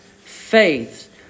faith